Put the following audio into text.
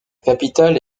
capitale